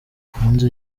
hanze